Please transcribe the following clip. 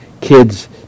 kids